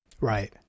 Right